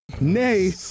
Nay